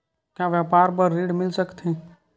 का व्यापार बर ऋण मिल सकथे?